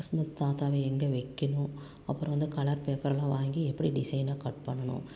Christmas தாத்தாவை எங்கே வைக்கணும் அப்புறம் வந்து கலர் பேப்பர்லாம் வாங்கி எப்படி டிஸைனா கட் பண்ணனும்